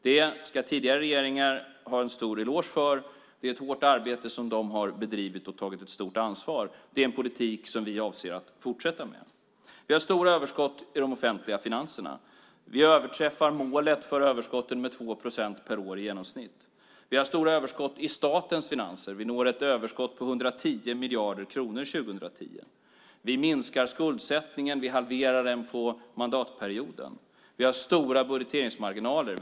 Det ska tidigare regeringar ha en stor eloge för. Det är ett hårt arbete som de har bedrivit och tagit ett stort ansvar för. Det är en politik som vi avser att fortsätta. Vi har stora överskott i de offentliga finanserna. Vi överträffar målet för överskotten med 2 procent per år i genomsnitt. Vi har stora överskott i statens finanser. Vi når ett överskott på 110 miljarder kronor 2010. Vi minskar skuldsättningen. Vi halverar den under mandatperioden. Vi har stora budgeteringsmarginaler.